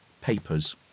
papers